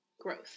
growth